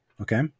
Okay